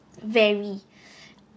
very